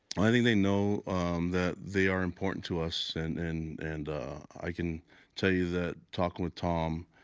i think they know that they are important to us and and and i can tell you that talking with tom,